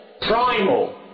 primal